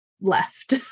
left